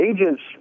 agents